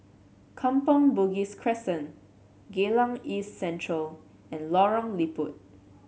Kampong Bugis Crescent Geylang East Central and Lorong Liput